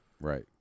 Right